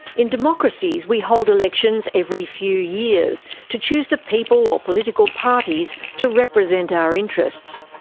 in democracies we hold elections every few years to choose the people or political parties to represent our interests.